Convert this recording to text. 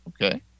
Okay